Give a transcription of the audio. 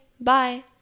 Bye